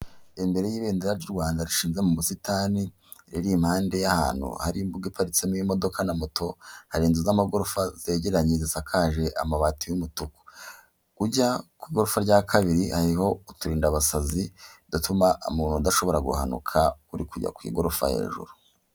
Imbere y'ibendera ry'u Rwanda rishinze mu busitani riri impande y'ahantu hari imbuga iparitsemo imodoka na moto, hari inzu z'amagorofa zegeranye zisakaje amabati y'umutuku, ujya ku igorofa rya kabiri hariho uturindanbasazi dutuma amuntu adashobora guhanuka uri kujya ku igorofa hejuru.